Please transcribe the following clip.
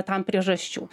tam priežasčių